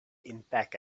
impact